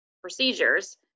procedures